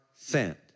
sent